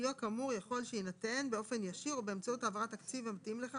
סיוע כאמור יכול שיינתן באופן ישיר או באמצעות העברת תקציב המתאים לכך